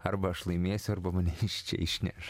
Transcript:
arba aš laimėsiu arba mane iš čia išneš